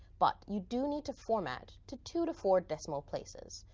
but you do need to format to two to four decimal places.